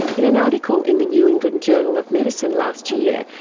in an article in the new england journal of medicine last year,